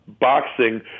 boxing